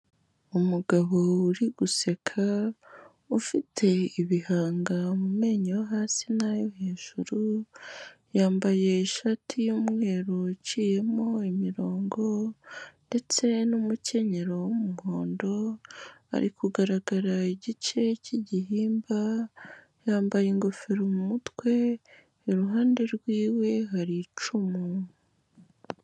Umugabo uri guseka ufite ibihanga mumenenyo yo hasi nayo hejuru, yambaye ishati y'umweru uciyemo imirongo ndetse n'umukenyero w'umuhondo ari kugaragara igice cy'igihimba yambaye ingofero mutwe, iruhande r'iwe hari icumu.